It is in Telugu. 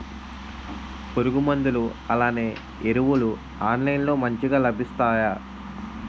పురుగు మందులు అలానే ఎరువులు ఆన్లైన్ లో మంచిగా లభిస్తాయ?